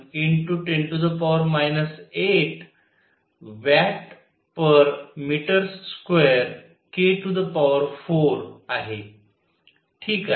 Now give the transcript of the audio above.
67 × 10 8 Wm2K4आहे ठीक आहे